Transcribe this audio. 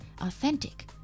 authentic